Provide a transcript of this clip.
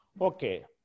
Okay